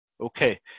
Okay